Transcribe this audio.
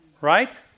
Right